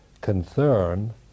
concern